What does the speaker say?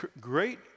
great